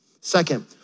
Second